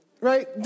Right